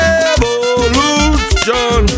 Revolution